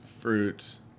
fruits